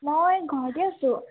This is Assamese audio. মই ঘৰতে আছোঁ